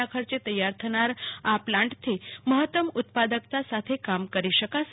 ના ખર્ચે તૈયાર થનાર આ પ્લાન્ટથી મહત્તમ ઉત્પાદકતા સાથે કામ કરી શકાશે